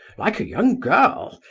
like a young girl,